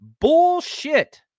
Bullshit